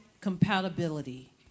compatibility